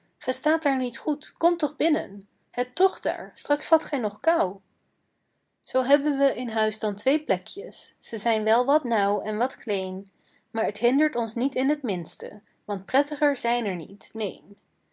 ge staat daar niet goed kom toch binnen het tocht daar straks vat gij nog koû zoo hebben we in huis dan twee plekjes ze zijn wel wat nauw en wat kleen maar t hindert ons niet in het minste want prettiger zijn er niet neen